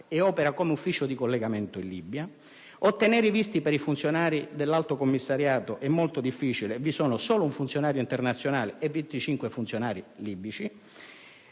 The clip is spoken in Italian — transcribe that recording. ed opera come ufficio di collegamento in Libia; ottenere i visti per i funzionari dell'Alto Commissariato è molto difficile e vi sono solo un funzionario internazionale e 25 funzionari libici;